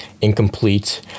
incomplete